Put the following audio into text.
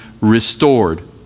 restored